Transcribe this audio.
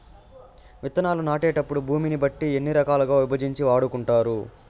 విత్తనాలు నాటేటప్పుడు భూమిని బట్టి ఎన్ని రకాలుగా విభజించి వాడుకుంటారు?